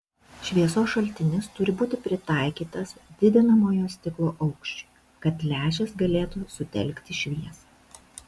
šviesos šaltinis turi būti pritaikytas didinamojo stiklo aukščiui kad lęšis galėtų sutelkti šviesą